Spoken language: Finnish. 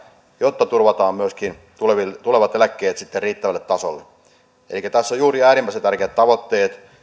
jotta turvataan myöskin tulevat eläkkeet riittävälle tasolle elikkä tässä on juuri äärimmäisen tärkeät tavoitteet